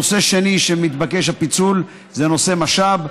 נושא שני שמתבקש הפיצול זה נושא מש"ב.